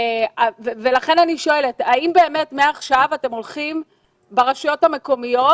לכן אני שואלת האם באמת מעכשיו אתם הולכים ברשויות המקומיות